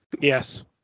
Yes